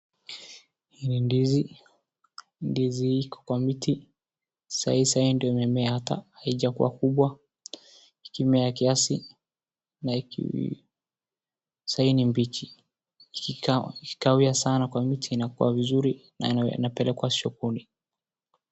Hii ni ndizi. Ndizi hii iko kwa miti. Saa hii saa hii ndio imemea hapa. Haijakuwa kubwa. Ikimea kiasi na iki saa hii ni mbichi. Ikikawia sana kwa miti inakuwa vizuri na inapelekwa sokoni.